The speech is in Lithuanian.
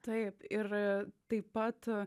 taip ir taip pat